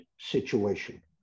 situation